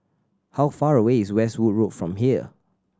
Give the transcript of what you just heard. how far away is Westwood Road from here